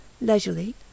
leisurely